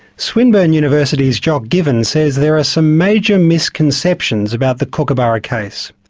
swinburne university's jock given says there are some major misconceptions about the kookaburra case.